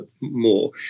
more